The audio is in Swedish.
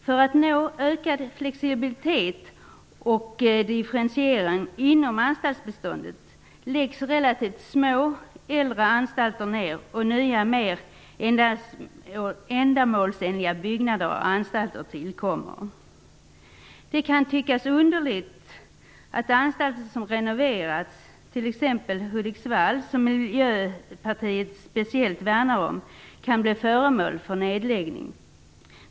För att man skall nå en ökad flexibilitet och differentiering inom anstaltsbeståndet läggs relativt små och äldre anstalter ner. Nya och mer ändamålsenliga byggnader och anstalter tillkommer. Det kan tyckas underligt att anstalter som renoverats - t.ex. den i Hudiksvall, som Miljöpartiet speciellt värnar om - kan bli föremål för nedläggning.